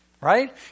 right